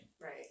Right